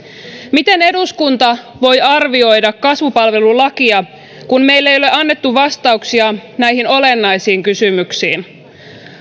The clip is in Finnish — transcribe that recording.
miten eduskunta voi arvioida kasvupalvelulakia kun meille ei ole annettu vastauksia näihin olennaisiin kysymyksiin